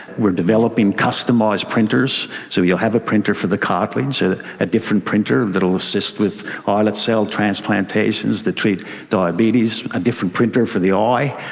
we're developing customised printers. so you'll have a printer for the cartilage, and a different printer that'll assist with islet cell transplantations that treat diabetes a different printer for the eye.